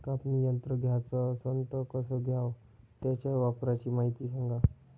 कापनी यंत्र घ्याचं असन त कस घ्याव? त्याच्या वापराची मायती सांगा